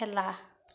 খেলা